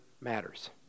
matters